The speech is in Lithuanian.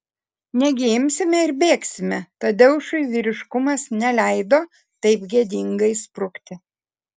negi imsime ir bėgsime tadeušui vyriškumas neleido taip gėdingai sprukti